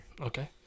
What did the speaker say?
Okay